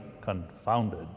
confounded